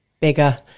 Bigger